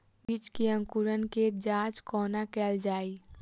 बीज केँ अंकुरण केँ जाँच कोना केल जाइ?